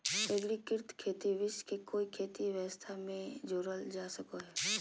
एग्रिकृत खेती विश्व के कोई खेती व्यवस्था में जोड़ल जा सको हइ